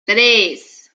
tres